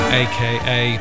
aka